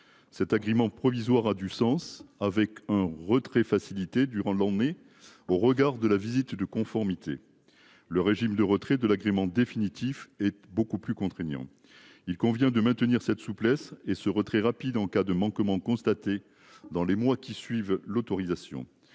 Cet agrément provisoire a du sens avec un retrait facilité durant l'emmener au regard de la visite de conformité. Le régime de retrait de l'agrément définitif et beaucoup plus contraignant. Il convient de maintenir cette souplesse et ce retrait rapide en cas de manquement constaté dans les mois qui suivent l'autorisation